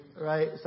Right